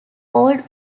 old